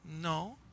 No